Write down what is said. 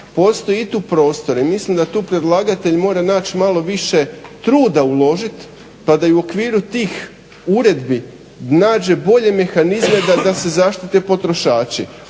postoji i tu prostor i mislim da tu predlagatelj mora naći malo više truda uložit pa da i u okviru tih uredbi nađe bolje mehanizme da se zaštite potrošači.